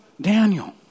Daniel